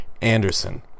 Anderson